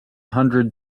hundred